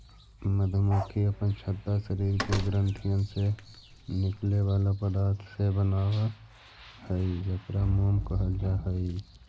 मधुमक्खी अपन छत्ता शरीर के ग्रंथियन से निकले बला पदार्थ से बनाब हई जेकरा मोम कहल जा हई